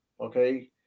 Okay